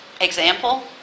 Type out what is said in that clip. example